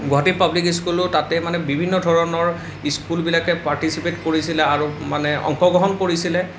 গুৱাহাটীৰ পাব্লিক স্কুলৰ তাতে মানে বিভিন্ন ধৰণৰ ইস্কুলবিলাকে পাৰ্টিচিপেট কৰিছিল আৰু মানে অংশগ্ৰহণ কৰিছিল